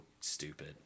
stupid